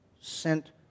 sent